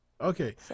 Okay